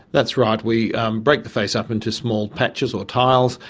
that's right. we break the face up into small patches or tiles,